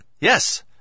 Yes